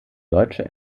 deutsche